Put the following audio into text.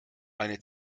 eine